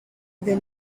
the